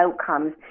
outcomes